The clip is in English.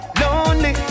lonely